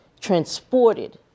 transported